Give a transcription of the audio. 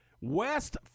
West